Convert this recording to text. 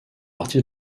partie